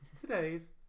Today's